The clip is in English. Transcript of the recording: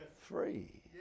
free